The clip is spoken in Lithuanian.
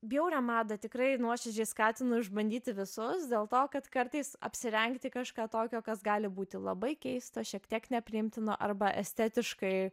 bjaurią madą tikrai nuoširdžiai skatinu išbandyti visus dėl to kad kartais apsirengti kažką tokio kas gali būti labai keista šiek tiek nepriimtina arba estetiškai